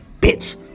bitch